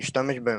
להשתמש בהם.